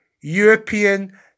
European